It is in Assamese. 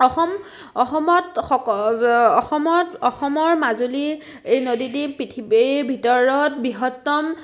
অসম অসম অসমত অসমৰ মাজুলী এই নদী দ্বীপ পৃথিৱীৰ ভিতৰত বৃহত্তম